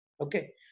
Okay